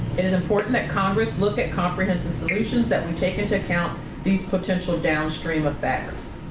it is important that congress look at comprehensive solutions that we take into account these potential downstream effects.